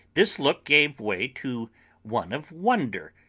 this look gave way to one of wonder,